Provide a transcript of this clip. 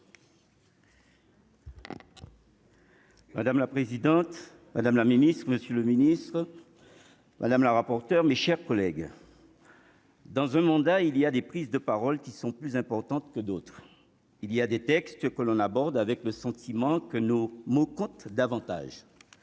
Madame la présidente, Madame la Ministre, Monsieur le Ministre, madame la rapporteure, mes chers collègues. Dans ce mandat il y a des prises de parole qui sont plus importantes que d'autres, il y a des textes que l'on aborde avec le sentiment que nos mots compte davantage